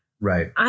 Right